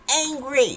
angry